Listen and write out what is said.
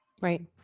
right